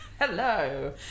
Hello